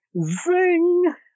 zing